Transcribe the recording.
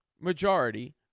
majority